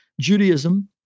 Judaism